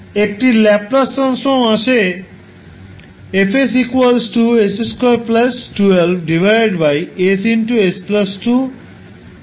একটি Laplace transform আছে